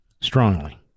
strongly